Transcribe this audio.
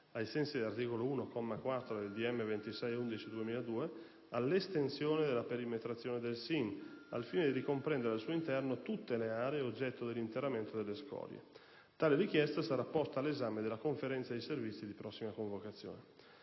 ministeriale del 26 novembre 2002, all'estensione della perimetrazione del SIN, al fine di ricomprendere al suo interno tutte le aree oggetto dell'interramento delle scorie. Tale richiesta sarà posta all'esame della conferenza dei servizi di prossima convocazione.